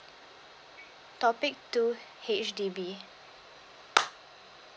topic two H_D_B